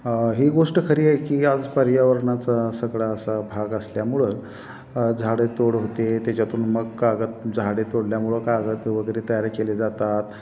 ही गोष्ट खरी आहे की आज पर्यावरणाचा सगळा असा भाग असल्यामुळं झाडे तोड होते त्याच्यातून मग कागद झाडे तोडल्यामुळं कागद वगैरे तयार केले जातात